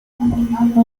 humphrey